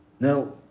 Now